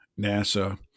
NASA